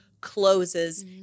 closes